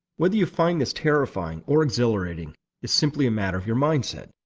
whether you find this terrifying or exhilarating is simply a matter of your mindset.